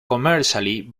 commercially